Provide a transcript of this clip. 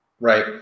right